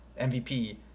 MVP